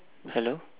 hello